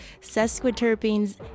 sesquiterpenes